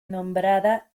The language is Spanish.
nombrada